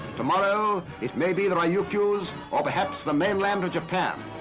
tomorrow, it may be the ryukyus or perhaps the mainland of japan.